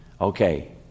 Okay